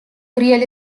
real